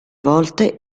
volte